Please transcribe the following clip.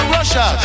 Russia